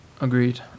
Agreed